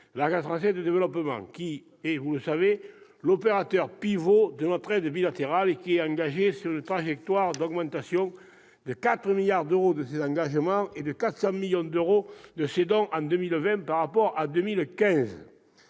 de développement, l'AFD, qui, vous le savez, est l'opérateur pivot de notre aide bilatérale et qui est engagée sur une trajectoire d'augmentation de 4 milliards d'euros de ses engagements et de 400 millions d'euros de ses dons entre 2015 et 2020.